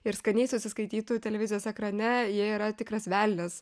ir skaniai susiskaitytų televizijos ekrane jie yra tikras velnias